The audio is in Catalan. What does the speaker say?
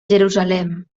jerusalem